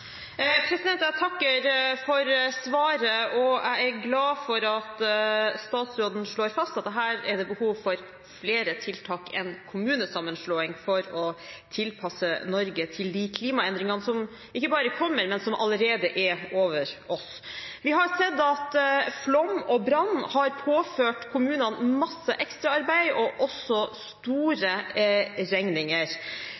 klima. Jeg takker for svaret, og jeg er glad for at statsråden slår fast at det er behov for flere tiltak enn kommunesammenslåing for å tilpasse Norge til de klimaendringene som ikke bare kommer, men som allerede er over oss. Vi har sett at flom og brann har påført kommunene masse ekstraarbeid og store regninger.